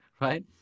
Right